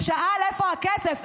ששאל איפה הכסף.